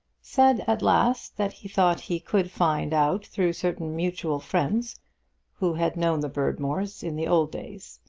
said at last that he thought he could find out through certain mutual friends who had known the berdmores in the old days.